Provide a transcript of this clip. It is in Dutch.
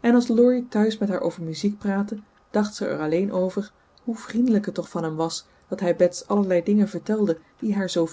en als laurie thuis met haar over muziek praatte dacht ze er alleen over hoe vriendelijk het toch van hem was dat hij bets allerlei dingen vertelde die haar zoo